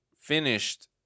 finished